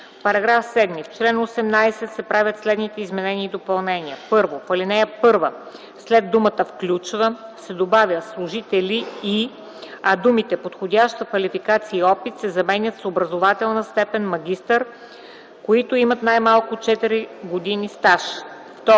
„§ 7. В чл. 18 се правят следните изменения и допълнения: 1. В ал. 1 след думата „включва” се добавя „служители и”, а думите „подходяща квалификация и опит” се заменят с „образователна степен „магистър”, които имат най-малко 4 години стаж”. 2.